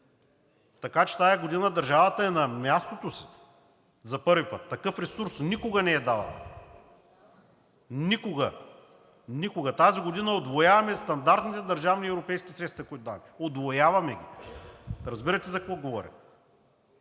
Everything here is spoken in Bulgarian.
Така че тази година държавата е на мястото си за първи път. Такъв ресурс никога не е даван. Никога! Тази година удвояваме стандартните държавни и европейски средства, които даваме. Удвояваме ги! Разбирате за какво говоря?!